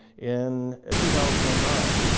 in ah two thousand and nine,